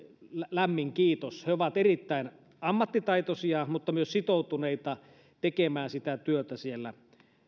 lämmin kiitos he ovat erittäin ammattitaitoisia mutta myös sitoutuneita tekemään sitä työtä siellä